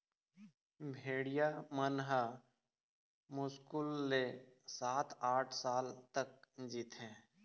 भेड़िया मन ह मुस्कुल ले सात, आठ साल तक जीथे